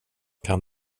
kan